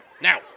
Now